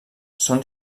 són